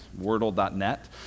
wordle.net